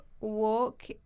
walk